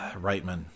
Reitman